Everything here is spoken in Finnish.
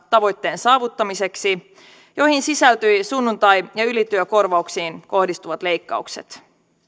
tavoitteen saavuttamiseksi omat pakkokeinonsa joihin sisältyivät sunnuntai ja ylityökorvauksiin kohdistuvat leikkaukset